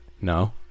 no